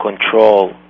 control